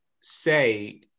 say